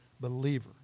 believer